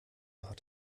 hart